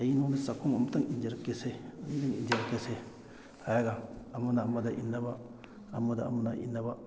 ꯑꯩ ꯅꯪꯉꯣꯟꯗ ꯆꯈꯣꯝ ꯑꯃꯇꯪ ꯏꯟꯖꯔꯛꯀꯦꯁꯦ ꯑꯅꯤꯗꯪ ꯏꯟꯖꯔꯛꯀꯦꯁꯦ ꯍꯥꯏꯔꯒ ꯑꯃꯅ ꯑꯃꯗ ꯏꯟꯅꯕ ꯑꯃꯗ ꯑꯃꯅ ꯏꯟꯅꯕ